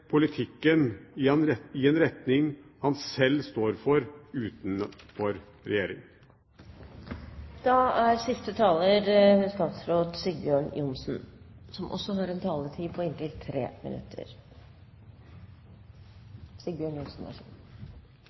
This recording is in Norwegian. politikken i en retning han selv står for, utenfor regjering. Som jeg har vært inne på